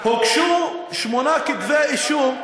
הוגשו שמונה כתבי אישום,